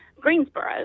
Greensboro